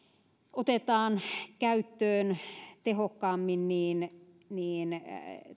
otetaan käyttöön tehokkaammin niin niin